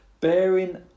bearing